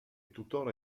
tuttora